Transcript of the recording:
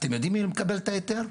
אתם יודעים מי מקבל את ההיתר?